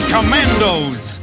Commandos